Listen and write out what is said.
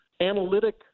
analytic